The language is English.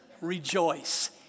Rejoice